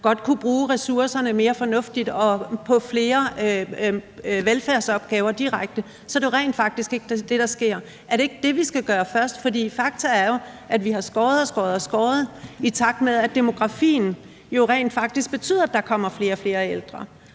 godt kunne bruge ressourcerne mere fornuftigt og direkte på flere velfærdsopgaver – så er det jo rent faktisk ikke det, der sker. Er det ikke det, vi skal gøre først? Fakta er jo, at vi har skåret og skåret, i takt med at den demografiske udvikling jo rent faktisk betyder, at der kommer flere og flere ældre,